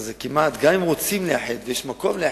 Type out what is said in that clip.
גם אם רוצים לאחד ויש מקום לאחד,